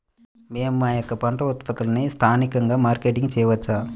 మేము మా యొక్క పంట ఉత్పత్తులని స్థానికంగా మార్కెటింగ్ చేయవచ్చా?